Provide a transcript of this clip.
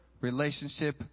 relationship